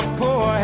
poor